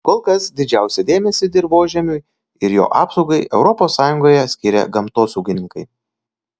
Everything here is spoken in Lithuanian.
kol kas didžiausią dėmesį dirvožemiui ir jo apsaugai europos sąjungoje skiria gamtosaugininkai